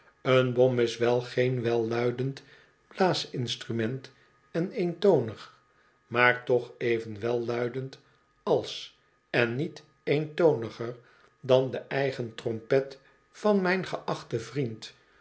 een bom is wel geen welluidend blaasinstrument en eentonig maar toch even welluidend als on niet eentoniger dan de eigen trompet van mijn geacht en vriend